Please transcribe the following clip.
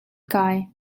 kai